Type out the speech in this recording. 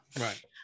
Right